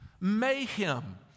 mayhem